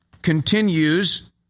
continues